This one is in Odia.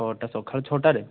ଛଅଟା ସକାଳ ଛଅଟାରେ